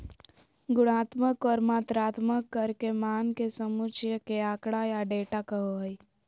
गुणात्मक और मात्रात्मक कर के मान के समुच्चय के आँकड़ा या डेटा कहो हइ